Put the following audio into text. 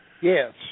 Yes